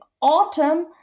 autumn